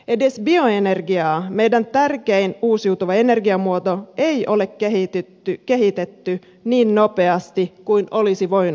edes bioenergiaa meidän tärkeintä uusiutuvaa energiamuotoamme ei ole kehitetty niin nopeasti kuin olisi voinut odottaa